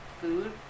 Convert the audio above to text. food